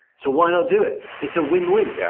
so why not do it? it's a win-win yeah